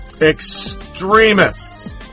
extremists